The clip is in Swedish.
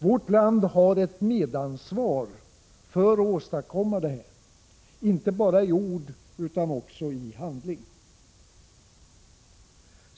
Vårt land har ett medansvar för att åstadkomma detta, inte bara i ord utan också i handling.